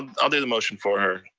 i'll do the motion for her,